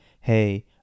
hey